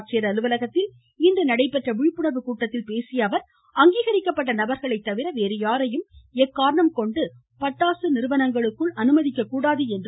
ஆட்சியர் அலுவலகத்தில் இன்று நடைபெற்ற விழிப்புணர்வு கூட்டத்தில் பேசிய அவர் அங்கீகரிக்கப்பட்ட நபர்களை தவிர வேறு யாரையும் எக்காரணம் கொண்டு அனுமதிக்கக்கூடாது என்றார்